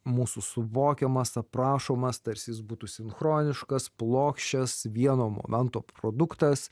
mūsų suvokiamas aprašomas tarsi jis būtų sinchroniškas plokščias vieno momento produktas